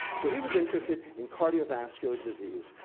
so, he was interested in cardiovascular disease.